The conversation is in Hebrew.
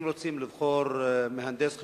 אם רוצים לבחור מהנדס חשמל,